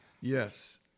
Yes